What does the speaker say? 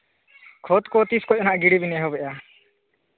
ᱠᱷᱚᱫ ᱠᱚ ᱛᱤᱥ ᱠᱷᱚᱱ ᱦᱟᱸᱜ ᱜᱤᱲᱤ ᱵᱤᱱ ᱮᱦᱚᱵᱮᱫᱼᱟ